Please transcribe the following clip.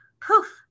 Poof